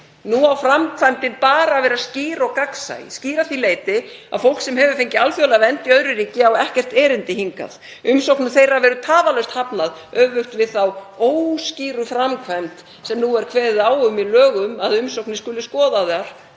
Nú á framkvæmdin bara að vera skýr og gagnsæ, skýr að því leyti að fólk sem hefur fengið alþjóðlega vernd í öðru ríki á ekkert erindi hingað og umsóknum þess verður tafarlaust hafnað, öfugt við þá óskýru framkvæmd sem nú er kveðið á um í lögum að umsóknir skuli skoðaðar